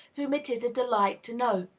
whom it is a delight to know.